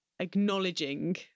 acknowledging